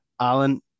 Alan